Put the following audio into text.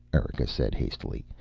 erika said hastily.